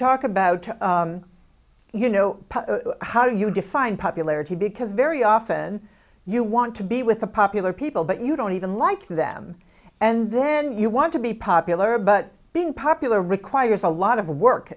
talk about you know how you define popularity because very often you want to be with a popular people but you don't even like them and then you want to be popular but being popular requires a lot of work